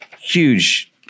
huge